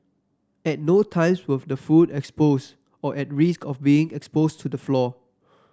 at no times was the food exposed or at risk of being exposed to the floor